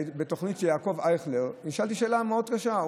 בתוכנית של יעקב אייכלר, שאלה מאוד קשה.